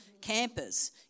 campers